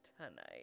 tonight